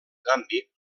canvi